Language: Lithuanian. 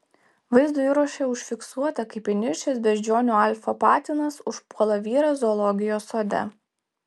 vaizdo įraše užfiksuota kaip įniršęs beždžionių alfa patinas užpuola vyrą zoologijos sode